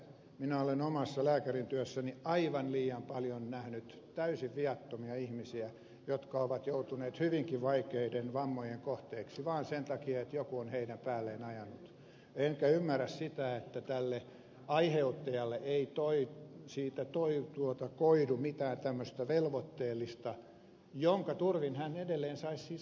minä olen omassa lääkärintyössäni aivan liian paljon nähnyt täysin viattomia ihmisiä jotka ovat joutuneet hyvinkin vaikeiden vammojen kohteeksi vaan sen takia että joku on heidän päälleen ajanut enkä ymmärrä sitä että tälle aiheuttajalle ei siitä koidu mitään tämmöistä velvoitteellista jonka turvin hän edelleen saisi siis ajaa autoa